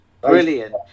Brilliant